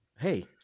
hey